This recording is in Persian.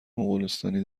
مغولستانی